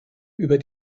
über